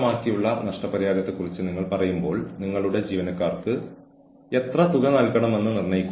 അതിനാൽ എച്ച്ആർ ആസൂത്രണത്തെക്കുറിച്ച് സംസാരിക്കുമ്പോൾ നമ്മൾ ജീവനക്കാരോട് പ്രതീക്ഷകൾ അറിയിക്കുന്നു